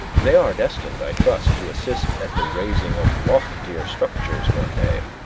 they are destined, i trust, to assist at the raising of loftier structures one day.